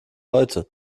heute